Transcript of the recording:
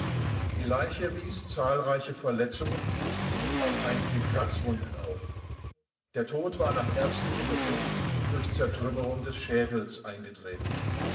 die leiche wies zahlreiche verletzungen und auch einige kratzwunden auf der tod war nach ärztlichem befund durch zertrümmerung des schädels eingetreten